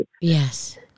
Yes